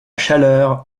chaleur